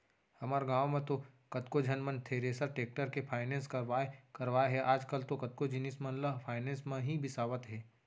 हमर गॉंव म तो कतको झन मन थेरेसर, टेक्टर के फायनेंस करवाय करवाय हे आजकल तो कतको जिनिस मन ल फायनेंस म ही बिसावत हें